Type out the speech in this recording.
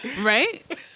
Right